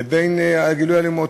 לבין גילוי האלימות.